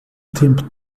tempo